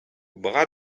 bras